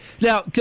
Now